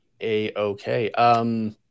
A-okay